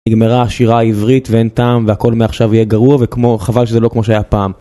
נגמרה שירה עברית ואין טעם והכל מעכשיו יהיה גרוע וכמו חבל שזה לא כמו שהיה פעם